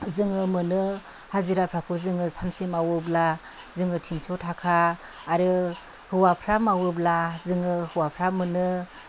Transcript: जोङो मोनो हाजिराफोरखौ जोङो सानसे मावोब्ला जोङो तिनस' थाखा आरो हौवाफ्रा मावोब्ला जोङो हौवाफ्रा मोनो